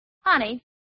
Honey